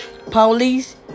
Police